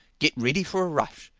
get ready for a rush.